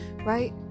right